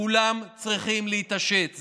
כולם צריכים להתעשת.